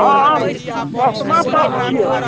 हम तसमा तरफ छियै